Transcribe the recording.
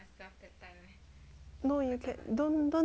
no you can don't don't need worry jessie